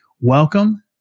Welcome